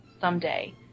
someday